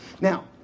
Now